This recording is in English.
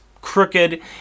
crooked